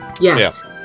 yes